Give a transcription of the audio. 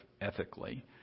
ethically